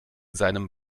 seinem